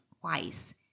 twice